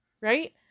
right